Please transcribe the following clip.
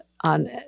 on